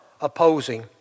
opposing